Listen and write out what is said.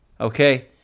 Okay